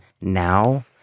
now